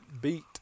beat